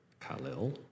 Khalil